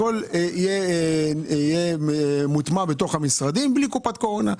הכול יהיה מוטמע במשרדים בלי קופת קורונה.